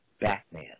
Batman